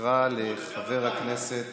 אני אקרא לחבר הכנסת